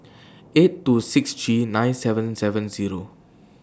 eight two six three nine seven seven Zero